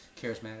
charismatic